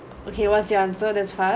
okay what's the answer that's fun